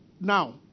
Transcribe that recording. Now